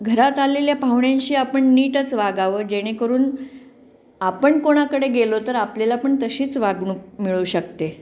घरात आलेल्या पाहुण्यांशी आपण नीटच वागावं जेणेकरून आपण कोणाकडे गेलो तर आपल्याला पण तशीच वागणूक मिळू शकते